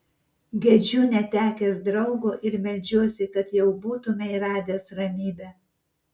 gedžiu netekęs draugo ir meldžiuosi kad jau būtumei radęs ramybę